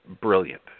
brilliant